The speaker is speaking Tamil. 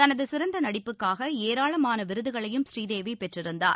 தனது சிறந்த நடிப்புக்காக ஏராளமான விருதுகளையும் ஸ்ரீதேவி பெற்றிருந்தார்